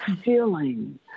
feeling